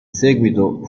seguito